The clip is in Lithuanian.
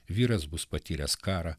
vyras bus patyręs karą